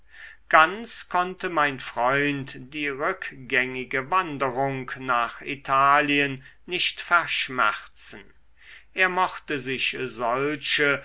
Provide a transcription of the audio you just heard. ganz konnte mein freund die rückgängige wanderung nach italien nicht verschmerzen er mochte sich solche